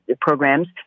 programs